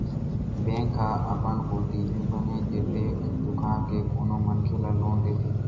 bank ह अपन कोती ले बने के देख दुखा के कोनो मनखे ल लोन देथे